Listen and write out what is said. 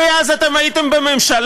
הרי אז אתם הייתם בממשלה,